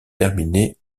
terminé